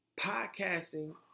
Podcasting